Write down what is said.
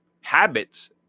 habits